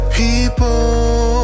people